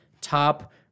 top